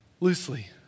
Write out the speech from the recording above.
loosely